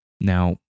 Now